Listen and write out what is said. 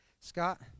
Scott